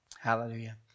Hallelujah